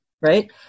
right